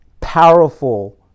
powerful